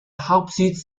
hauptsitz